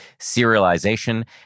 serialization